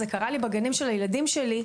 זה קרה לי בגנים של הילדים שלי,